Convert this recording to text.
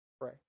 Pray